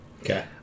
Okay